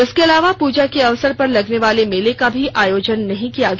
इसके अलावा पूजा के अवसर पर लगनेवाले मेले का भी आयोजन नहीं किया गया